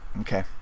Okay